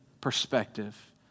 perspective